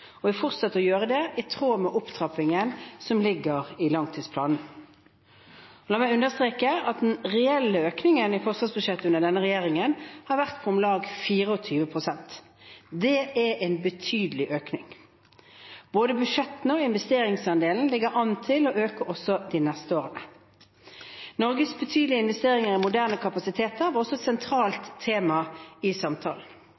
og vil fortsette å gjøre det i tråd med opptrappingen som ligger i langtidsplanen. La meg understreke at den reelle økningen i forsvarsbudsjettet under denne regjeringen har vært på om lag 24 pst. Det er en betydelig økning. Både budsjettene og investeringsandelen ligger an til å øke også de neste årene. Norges betydelige investeringer i moderne kapasiteter var også et